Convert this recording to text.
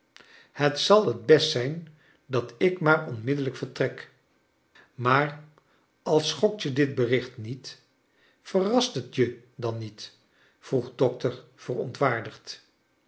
het zal het best zijn dat ik maar onmiddellijk vertrek maar al schokt je dit bericht niet verrast het je dan niet vroeg dokter